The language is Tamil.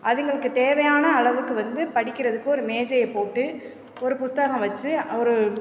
அதுங்களுக்குத் தேவையான அளவுக்கு வந்து படிக்கிறதுக்கு ஒரு மேஜையைப் போட்டு ஒரு புத்தகம் வச்சி ஒரு